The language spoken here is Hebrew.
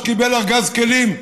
שקיבל ארגז כלים,